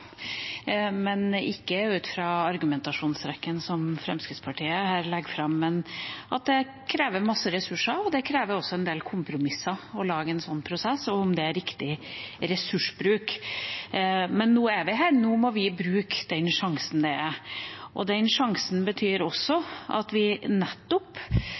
en del kompromisser å lage en sånn prosess. Spørsmålet er om det er riktig ressursbruk. Men nå er vi her, og nå må vi bruke den sjansen det gir. Den sjansen betyr også at vi nettopp